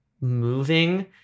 moving